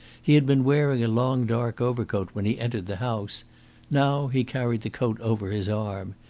he had been wearing a long dark overcoat when he entered the house now he carried the coat over his arm.